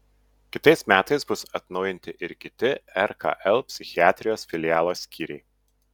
kitais metais bus atnaujinti ir kiti rkl psichiatrijos filialo skyriai